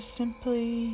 simply